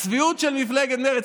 הצביעות של מפלגת מרצ.